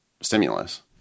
stimulus